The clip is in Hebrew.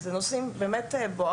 אלה נושאים בוערים,